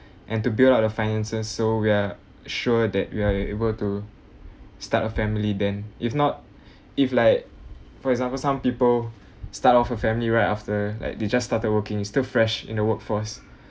and to build up your finances so we are sure that we are able to start a family then if not if like for example some people start off a family right after like they just started working they still fresh in the workforce